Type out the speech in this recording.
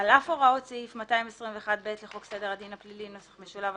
"על אף הוראות סעיף 221(ב) לחוק סדר הדין הפלילי (נוסח משולב),